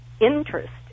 interest